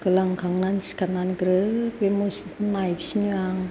गोलांखांनानै सिखारनाव ग्रोब बे मोसौखौ नायफिनो आं